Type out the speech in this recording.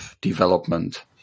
development